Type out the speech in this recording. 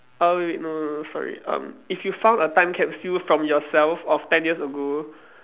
uh wait wait no no no sorry um if you found a time capsule from yourself of ten years ago